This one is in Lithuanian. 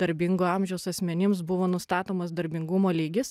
darbingo amžiaus asmenims buvo nustatomas darbingumo lygis